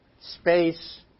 Space